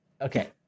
Okay